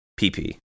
PP